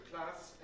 class